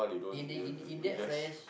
in the in in that friends